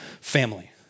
family